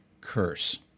curse